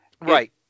right